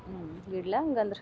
ಹ್ಞೂ ಇಡ್ಲಾ ಹಂಗಂದ್ರೆ